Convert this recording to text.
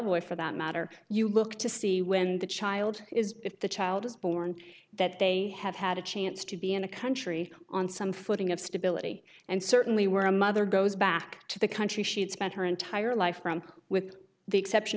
with for that matter you look to see when the child is if the child is born that they have had a chance to be in the country on some footing of stability and certainly were a mother goes back to the country she had spent her entire life with the exception